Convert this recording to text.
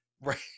Right